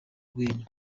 urwenya